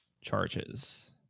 charges